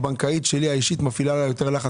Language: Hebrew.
הבנקאית שלי האישית מפעילה עליי יותר לחץ